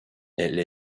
elle